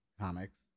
comics